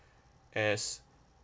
as